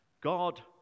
God